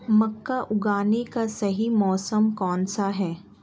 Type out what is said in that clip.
मक्का उगाने का सही मौसम कौनसा है?